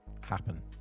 happen